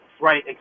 right